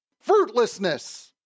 Fruitlessness